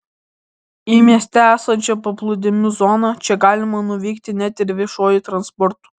į mieste esančią paplūdimių zoną čia galima nuvykti net ir viešuoju transportu